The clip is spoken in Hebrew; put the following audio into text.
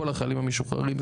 כל החיילים המשוחררים,